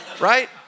right